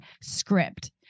script